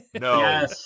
no